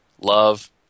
love